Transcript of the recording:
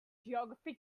geography